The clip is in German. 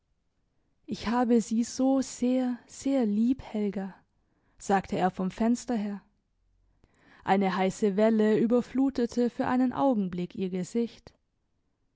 ich habe sie so sehr sehr lieb helga sagte er vom fenster her eine heisse welle überflutete für einen augenblick ihr gesicht